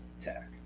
tech